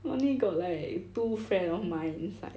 only got like two friend of mine inside